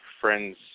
friends